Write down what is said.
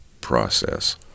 process